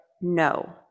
no